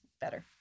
better